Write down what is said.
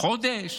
חודש?